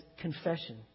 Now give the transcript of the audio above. confession